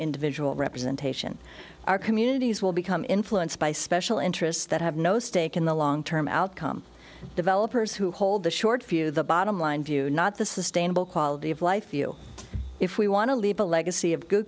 individual representation our communities will become influenced by special interests that have no stake in the long term outcome developers who hold the short few the bottom line view not the sustainable quality of life if we want to leave a legacy of good